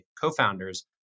co-founders